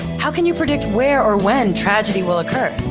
how can you predict where or when tragedy will occur?